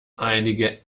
einige